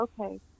okay